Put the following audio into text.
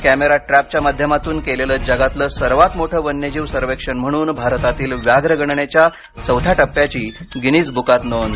camera ट्रॅपच्या माध्यमातून केलेलं जगातल सर्वात मोठं वन्यजीव सर्वेक्षण म्हणून भारतातील व्याघ्र गणनेच्या चौथ्या टप्प्याची गिनिज बुकात नोंद